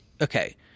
okay